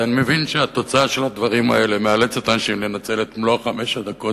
אתה מבין שהתוצאה של הדברים האלה מאלצת אנשים לנצל את מלוא חמש הדקות,